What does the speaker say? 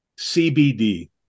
cbd